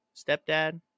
Stepdad